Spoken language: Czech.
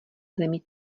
zemí